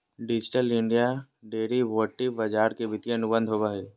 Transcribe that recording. digital India derivative बाजार के वित्तीय अनुबंध होबो हइ